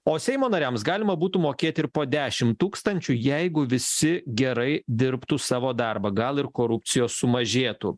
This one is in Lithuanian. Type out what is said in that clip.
o seimo nariams galima būtų mokėti ir po dešim tūkstančių jeigu visi gerai dirbtų savo darbą gal ir korupcijos sumažėtų